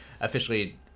officially